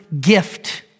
gift